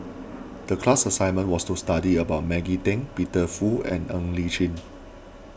the class assignment was to study about Maggie Teng Peter Fu and Ng Li Chin